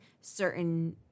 certain